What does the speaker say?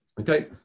Okay